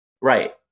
Right